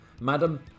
Madam